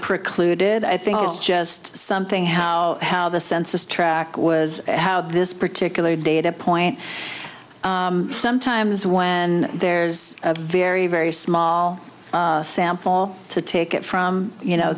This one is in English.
precluded i think it's just something how how the census track was how this particular data point sometimes when there's a very very small sample to take it from you know